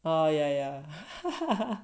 oh yeah yeah